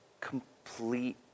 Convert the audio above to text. complete